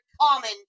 common